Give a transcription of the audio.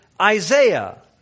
Isaiah